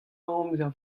amzer